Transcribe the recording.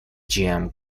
чем